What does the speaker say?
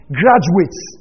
graduates